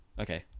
Okay